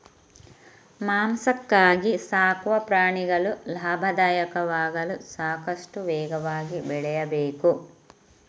ಮಾಂಸಕ್ಕಾಗಿ ಸಾಕುವ ಪ್ರಾಣಿಗಳು ಲಾಭದಾಯಕವಾಗಲು ಸಾಕಷ್ಟು ವೇಗವಾಗಿ ಬೆಳೆಯಬೇಕು